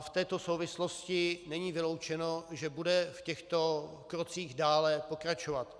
V této souvislosti není vyloučeno, že bude v těchto krocích dále pokračovat.